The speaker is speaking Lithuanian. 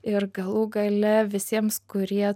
ir galų gale visiems kurie